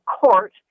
court